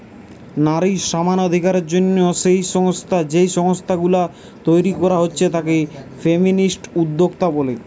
নারী সমানাধিকারের জন্যে যেই সংস্থা গুলা তইরি কোরা হচ্ছে তাকে ফেমিনিস্ট উদ্যোক্তা বলে